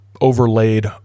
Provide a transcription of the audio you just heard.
overlaid